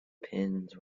pins